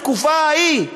בתקופה ההיא,